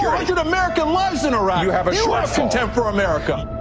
yeah hundred american lives in iraq! you have you have contempt for america!